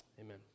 amen